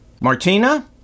Martina